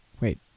Wait